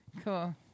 Cool